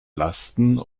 lasten